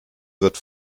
wird